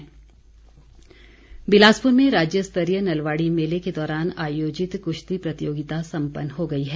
कुश्ती बिलासपुर में राज्य स्तरीय नलवाड़ी मेले के दौरान आयोजित कुश्ती प्रतियोगिता सम्पन्न हो गई है